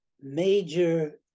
major